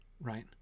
right